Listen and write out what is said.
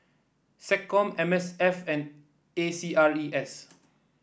SecCom M S F and A C R E S